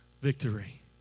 victory